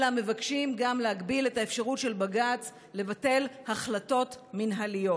אלא מבקשים גם להגביל את האפשרות של בג"ץ לבטל החלטות מינהליות.